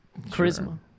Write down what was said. Charisma